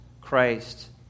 Christ